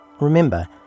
remember